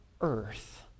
earth